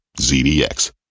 ZDX